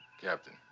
Captain